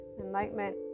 enlightenment